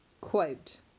Quote